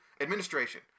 Administration